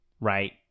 Right